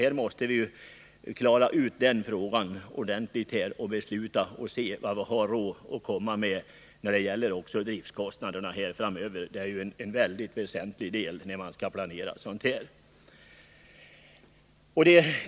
Vi måste gå igenom dessa frågor ordentligt, och vi behöver dessutom studera vilka driftkostnader vi har råd med. Det är en mycket väsentlig faktor i planeringen på detta område.